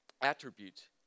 attributes